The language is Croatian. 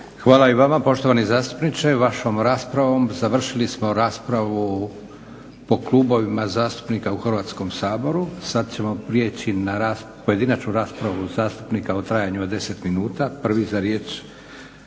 Hvala i vama poštovani zastupniče. Vašom raspravom završili smo raspravu po klubovima zastupnika u Hrvatskom saboru, sada ćemo prijeći na pojedinačnu raspravu zastupnika u trajanju od 10 minuta. Prvi za riječ